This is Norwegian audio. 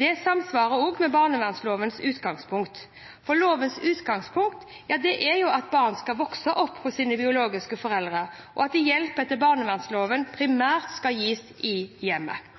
Det samsvarer med barnevernslovens utgangspunkt. For lovens utgangspunkt er at barn skal vokse opp hos sine biologiske foreldre, og at hjelp etter barnevernsloven primært skal gis i hjemmet.